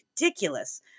ridiculous